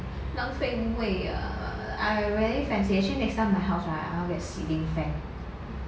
浪费位啊 I very fancy actually next time my house right I want to get ceiling fan